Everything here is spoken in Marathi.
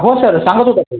हो सर सांगत होता काही